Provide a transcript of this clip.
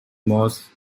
most